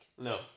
no